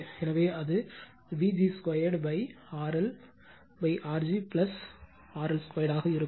எனவே அது Vg 2RLR g RL 2 ஆக இருக்கும்